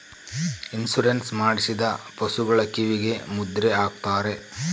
insurance ಮಾಡಿಸಿದ ಪಶುಗಳ ಕಿವಿಗೆ ಮುದ್ರೆ ಹಾಕ್ತಾರೆ